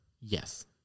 Yes